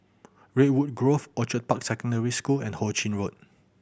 Redwood Grove Orchid Park Secondary School and Ho Ching Road